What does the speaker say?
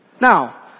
Now